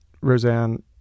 Roseanne